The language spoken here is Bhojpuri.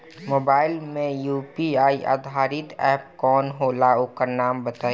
मोबाइल म यू.पी.आई आधारित एप कौन होला ओकर नाम बताईं?